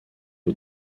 aux